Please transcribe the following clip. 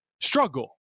struggle